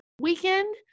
weekend